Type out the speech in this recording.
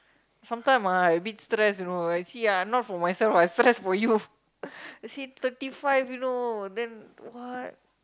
sometimes ah I a bit stress you know I see ah not for myself I stress for you you see thirty five you know then what